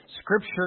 Scripture